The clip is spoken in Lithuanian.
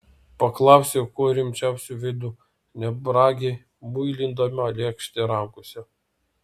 paklausiau kuo rimčiausiu veidu negrabiai muilindama lėkštę rankose